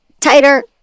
tighter